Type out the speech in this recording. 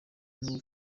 niwe